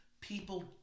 people